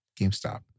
GameStop